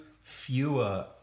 fewer